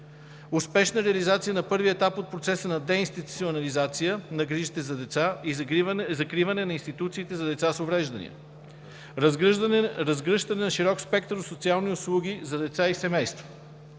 успешна реализация на първия етап от процеса на деинституционализация на грижите за деца и закриване на институциите за деца с увреждания; - разгръщане на широк спектър от социални услуги за деца и семейства.